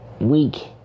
week